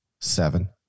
Seven